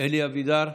אלי אבידר,